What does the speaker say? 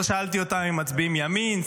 לא שאלתי אותם אם הם מצביעים ימין,